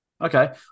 Okay